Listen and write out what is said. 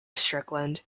strickland